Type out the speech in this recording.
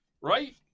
right